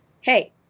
hey